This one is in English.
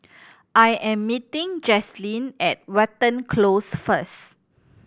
I am meeting Jaslene at Watten Close first